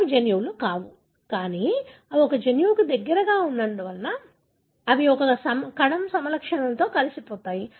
అవి జన్యువులు కావు కానీ అవి ఒక జన్యువుకు దగ్గరగా ఉన్నందున అవి ఒక కణ సమలక్షణంతో కలిసిపోతాయి